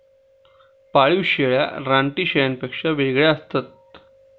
पाळीव शेळ्या रानटी शेळ्यांपेक्षा वेगळ्या असतात